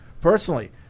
Personally